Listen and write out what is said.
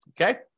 Okay